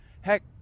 Heck